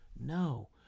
No